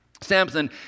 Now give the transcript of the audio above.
Samson